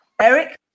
Eric